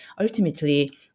ultimately